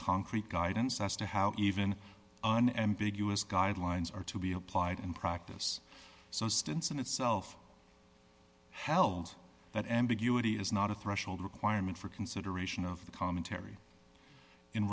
concrete guidance as to how even an ambiguous guidelines are to be applied in practice so instance in itself held that ambiguity is not a threshold requirement for consideration of the commentary in